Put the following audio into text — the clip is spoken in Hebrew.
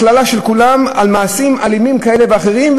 הכללה של כולם, על מעשים אלימים כאלה ואחרים.